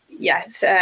Yes